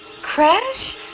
Crash